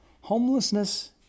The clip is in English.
Homelessness